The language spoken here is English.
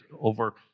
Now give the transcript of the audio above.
over